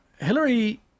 Hillary